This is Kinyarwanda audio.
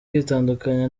kwitandukanya